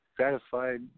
satisfied